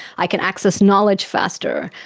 i can access knowledge faster,